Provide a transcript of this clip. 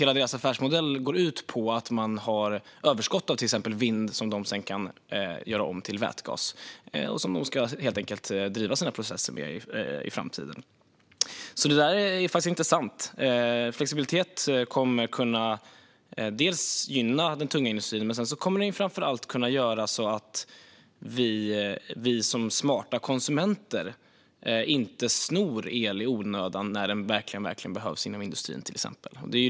Hela deras affärsmodell går ut på att ha överskott av till exempel vind, som de sedan kan göra om till vätgas som de ska driva sina processer med i framtiden. Det är intressant. Flexibilitet kommer att gynna den tunga industrin, men framför allt kommer det att göra att vi som smarta konsumenter inte snor el i onödan när den verkligen behövs inom till exempel industrin.